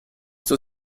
zur